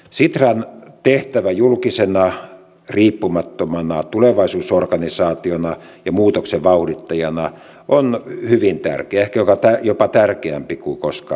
sitran tehtävä julkisena riippumattomana tulevaisuusorganisaationa ja muutoksen vauhdittajana on hyvin tärkeä ehkä jopa tärkeämpi kuin koskaan aikaisemmin